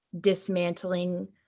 dismantling